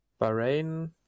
Bahrain